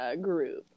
group